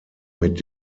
mit